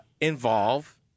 involve